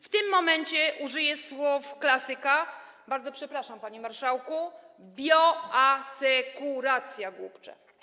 W tym momencie użyję słów klasyka - bardzo przepraszam, panie marszałku: bioasekuracja, głupcze.